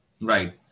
right